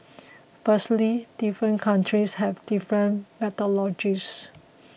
firstly different countries have different